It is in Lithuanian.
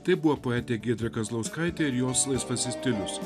tai buvo poetė giedrė kazlauskaitė ir jos nacistinius